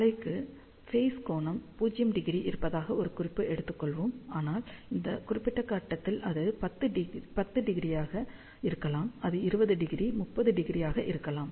அலைக்கு ஃபேஸ் கோணம் 0° இருப்பதாக ஒரு குறிப்பு எடுத்துக்கொள்வோம் ஆனால் இந்த குறிப்பிட்ட கட்டத்தில் அது 10° ஆக இருக்கலாம் அது 20° 30°ஆக இருக்கலாம்